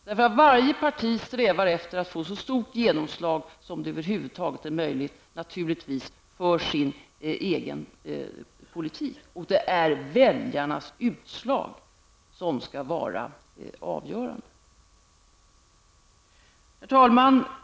Varje parti strävar naturligtvis efter att få så stort genomslag som det över huvud taget är möjligt för sin egen politik. Det är väljarnas utslag som skall vara avgörande. Herr talman!